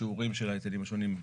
השיעורים של ההיטלים השונים,